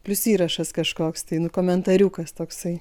plius įrašas kažkoks tai nu komentariukas toksai